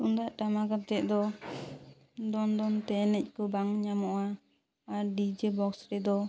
ᱛᱩᱢᱫᱟᱜ ᱴᱟᱢᱟᱠ ᱟᱛᱮᱫ ᱫᱚ ᱫᱚᱱᱼᱫᱚᱱ ᱛᱮ ᱮᱱᱮᱡ ᱠᱚ ᱵᱟᱝ ᱧᱟᱢᱚᱜᱼᱟ ᱟᱨ ᱰᱤᱡᱮ ᱵᱚᱠᱥ ᱨᱮᱫᱚ